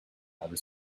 outer